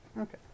Okay